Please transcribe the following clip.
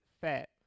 fat